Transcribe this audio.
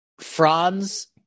Franz